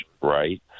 right